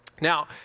Now